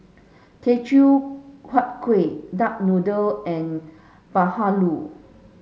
Teochew Huat Kuih duck noodle and Bahulu